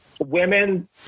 women